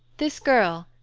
this girl,